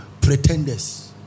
pretenders